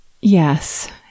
yes